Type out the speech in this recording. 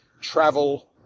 travel